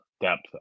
depth